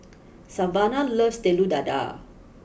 Savannah loves Telur Dadah